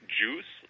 juice